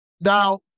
Now